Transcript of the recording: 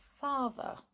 father